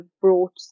brought